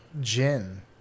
gin